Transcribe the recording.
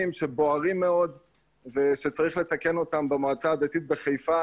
שבוערים מאוד ושצריך לתקן אותם במועצה הדתית בחיפה.